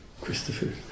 Christopher